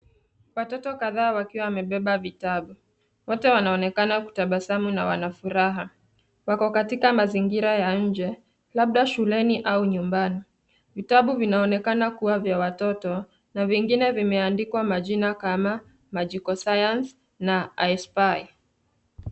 Watoto kadhaa wakiwa wamebeba vitabu . Wote wanaonekana kutabasamu na wana furaha. Wako katika mazingira ya nje , labda shuleni au nyumbani. Vitabu vinaonekana kuwa vya watoto na vingine vimeandikwa majina kama magical science na i spy .